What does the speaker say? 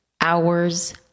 hours